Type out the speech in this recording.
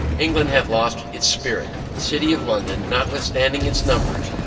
england hath lost its spirit. the city of london, notwithstanding its numbers,